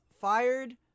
fired